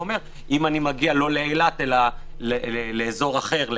אם אני לא מגיע לאילת אלא לאזור אחר,